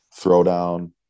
Throwdown